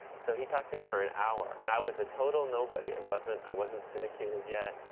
so he talked to me for an hour and i was a total nobody. i wasn't i wasn't syndicated yet.